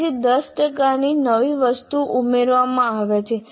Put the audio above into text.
પછી 10 ટકા નવી વસ્તુઓ ઉમેરવામાં આવે છે